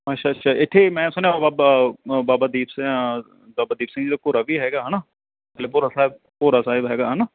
ਅੱਛਾ ਅੱਛਾ ਇੱਥੇ ਮੈਂ ਸੁਣਿਆ ਬਾਬਾ ਬਾਬਾ ਦੀਪ ਸਿਆਂ ਬਾਬਾ ਦੀਪ ਸਿੰਘ ਜੀ ਦਾ ਭੋਰਾ ਵੀ ਹੈਗਾ ਹਨਾ ਵੀ ਭੋਰਾ ਸਾਹਿਬ ਭੋਰਾ ਸਾਹਿਬ ਹੈਗਾ ਹੈ ਨਾ